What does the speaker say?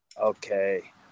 Okay